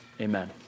amen